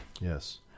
Yes